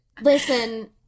Listen